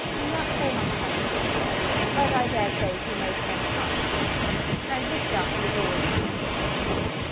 not so much as i could wish, sir but i dare say he may spend half his time here and miss darcy is always down for the summer months.